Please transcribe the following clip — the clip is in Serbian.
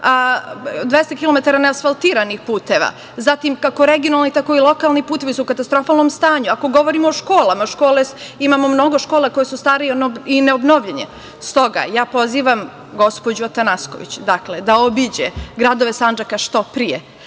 ne asfaltiranih puteva. Zatim, kako regionalni, tako i lokalni putevi su u katastrofalnom stanju. Ako govorimo o školama, imamo mnogo škola koje su starije i ne obnovljene. Stoga, ja pozivam gospođu Atanasković da obiđe gradove Sandžaka što pre